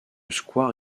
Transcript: square